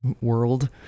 world